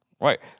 Right